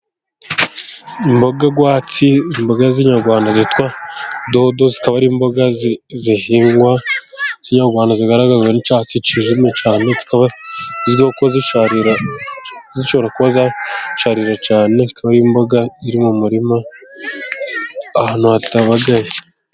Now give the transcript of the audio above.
Imboga rwatsi, imboga z'inyarwanda zitwa dodo zikaba ari imboga zihingwa kiyarwanda, zigaraga n'icyatsi cyijimye cyane, zikaba zishobora kuba zasharira cyane. Akaba ari imboga ziri mu murima ahantu hatabagaye.